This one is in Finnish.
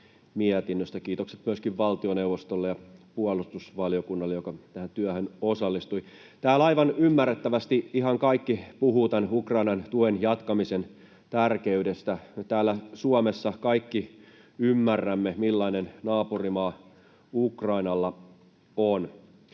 Kiitokset myöskin valtioneuvostolle ja puolustusvaliokunnalle, joka tähän työhön osallistui. Täällä aivan ymmärrettävästi ihan kaikki puhuvat tämän Ukrainan tuen jatkamisen tärkeydestä. Me täällä Suomessa kaikki ymmärrämme, millainen naapurimaa Ukrainalla on.